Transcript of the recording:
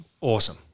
awesome